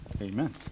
Amen